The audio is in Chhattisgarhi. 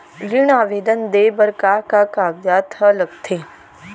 ऋण आवेदन दे बर का का कागजात ह लगथे?